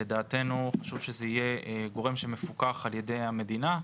לדעתנו חשוב שזה יהיה גורם שמפוקח על ידי המדינה,